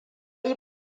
fi